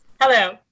Hello